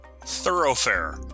Thoroughfare